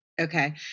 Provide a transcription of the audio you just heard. Okay